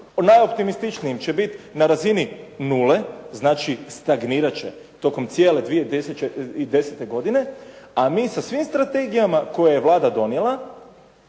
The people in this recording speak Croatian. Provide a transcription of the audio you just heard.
najoptimističnijim će biti na razini nule, znači stagnirat će tokom 2010. godine, a mi sa svim strategijama koje je Vlada donijela